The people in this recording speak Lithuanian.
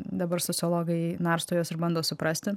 dabar sociologai narsto juos ir bando suprasti